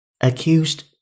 accused